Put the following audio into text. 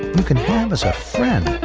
you can have as a friend,